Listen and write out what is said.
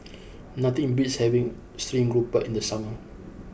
nothing beats having Stream Grouper in the summer